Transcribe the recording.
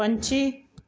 ਪੰਛੀ